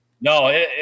no